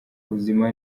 buzima